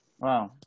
Wow